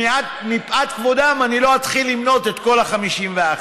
ומפאת כבודן אני לא אתחיל למנות את כל ה-51.